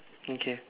okay